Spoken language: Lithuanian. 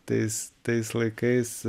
tais tais laikais